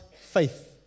faith